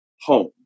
home